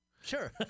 Sure